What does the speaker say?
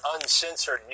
uncensored